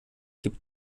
gibt